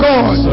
God